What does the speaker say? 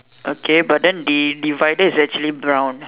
okay but then the divider is actually brown